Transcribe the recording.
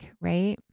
right